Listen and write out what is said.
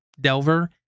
delver